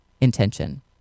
intention